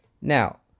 Now